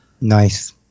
nice